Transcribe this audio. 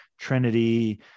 trinity